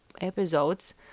episodes